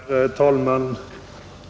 Herr talman!